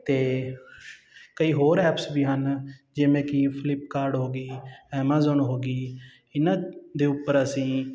ਅਤੇ ਕਈ ਹੋਰ ਐਪਸ ਵੀ ਹਨ ਜਿਵੇਂ ਕਿ ਫਲਿਪਕਾਰਡ ਹੋ ਗਈ ਐਮਾਜ਼ਾਨ ਹੋ ਗਈ ਇਹਨਾਂ ਦੇ ਉੱਪਰ ਅਸੀਂ